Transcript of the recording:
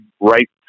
right